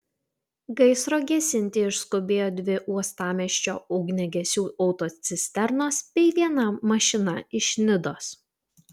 gaisro gesinti išskubėjo dvi uostamiesčio ugniagesių autocisternos bei viena mašina iš nidos